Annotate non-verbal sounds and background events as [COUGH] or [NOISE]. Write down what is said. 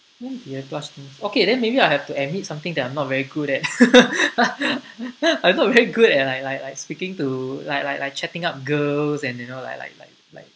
when did I blush the most okay then maybe I'll have to admit something that I'm not very good at [LAUGHS] I'm not very good at like like like speaking to like like like chatting up girls and you know like like like like